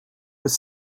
with